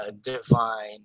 divine